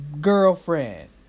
girlfriend